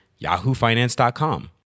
yahoofinance.com